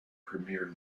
premier